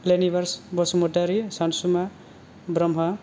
लेनिबार्स बसुमतारी सानसुमा ब्रह्म